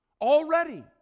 already